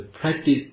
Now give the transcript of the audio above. practice